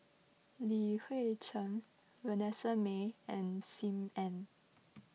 Li Hui Cheng Vanessa Mae and Sim Ann